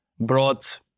brought